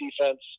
defense